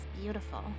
beautiful